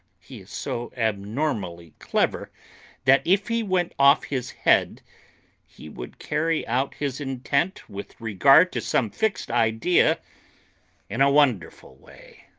he is so abnormally clever that if he went off his head he would carry out his intent with regard to some fixed idea in a wonderful way.